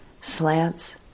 slants